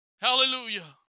Hallelujah